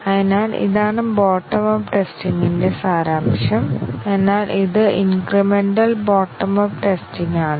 അതിനാൽ ഇതാണ് bottom up ടെസ്റ്റിംഗിന്റെ സാരാംശം എന്നാൽ ഇത് ഇൻക്രിമെന്റ്റൽ ബോട്ടം അപ്പ് ടെസ്റ്റിങ് ആണ്